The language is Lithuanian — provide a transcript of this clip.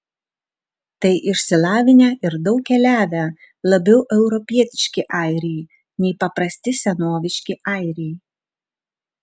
tai išsilavinę ir daug keliavę labiau europietiški airiai nei paprasti senoviški airiai